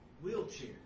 wheelchair